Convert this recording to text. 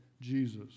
Jesus